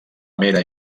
mera